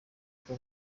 kuko